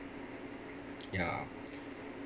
ya